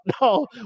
no